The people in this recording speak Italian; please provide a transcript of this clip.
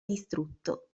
distrutto